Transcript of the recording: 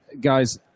guys